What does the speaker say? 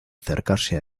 acercarse